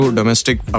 domestic